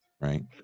right